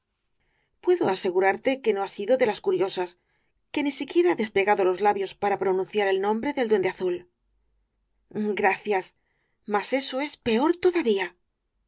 puedo asegurarte que no ha sido de las curiosas que ni siquiera ha despegado los labios para pronunciar el nombre del duende azul gracias mas eso es peor todavía